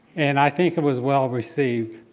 and i think it was well received.